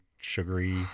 sugary